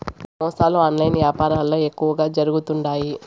మోసాలు ఆన్లైన్ యాపారంల ఎక్కువగా జరుగుతుండాయి